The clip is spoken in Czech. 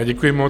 Děkuji moc.